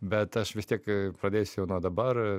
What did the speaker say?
bet aš vis tiek pradėsiu jau nuo dabar